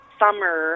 summer